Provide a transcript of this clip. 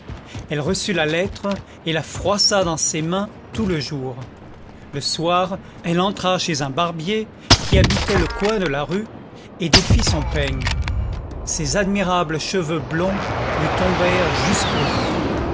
elle reçut la lettre et la froissa dans ses mains tout le jour le soir elle entra chez un barbier qui habitait le coin de la rue et défit son peigne ses admirables cheveux blonds lui tombèrent jusqu'aux reins